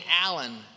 Allen